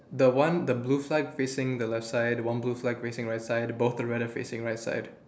the one the blue flag facing the left side one blue flag facing right side both the red are facing the right side